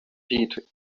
heed